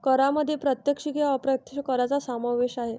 करांमध्ये प्रत्यक्ष किंवा अप्रत्यक्ष करांचा समावेश आहे